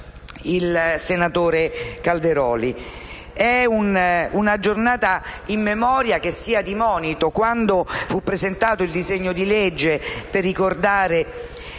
il senatore Calderoli